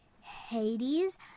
Hades